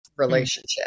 Relationship